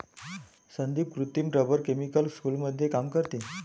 संदीप कृत्रिम rubber chemical स्कूलमध्ये काम करते